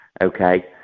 okay